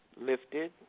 lifted